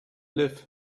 live